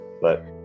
But-